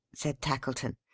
said tackleton.